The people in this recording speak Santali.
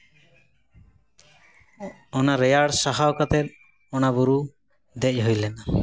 ᱚᱱᱟ ᱨᱮᱭᱟᱲ ᱥᱟᱦᱟᱣ ᱠᱟᱛᱮ ᱚᱱᱟ ᱵᱩᱨᱩ ᱫᱮᱡ ᱦᱩᱭ ᱞᱮᱱᱟ